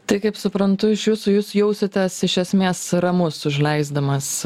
tai kaip suprantu iš jūsų jūs jausitės iš esmės ramus užleisdamas